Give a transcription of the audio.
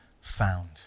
found